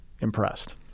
impressed